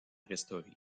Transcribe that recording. restaurée